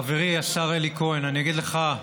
חברי השר אלי כהן, אני אגיד לך,